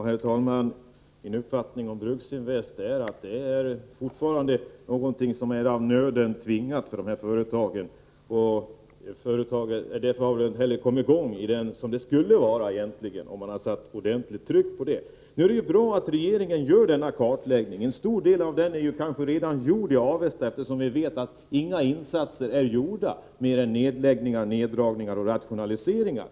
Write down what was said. Herr talman! Min uppfattning om Bruksinvest är fortfarande att det är någonting som nöden har tvingat dessa företag till. Därför har inte Bruksinvest kommit i gång på det sätt som bolaget egentligen skulle ha kunnat göra, om det hade utsatts för ett ordentligt tryck. Det är bra att regeringen nu skall göra en kartläggning. En stor del av denna är kanske redan gjord i Avesta, eftersom vi vet att inga åtgärder har vidtagits — mer än neddragningar, nedläggningar och rationaliseringar.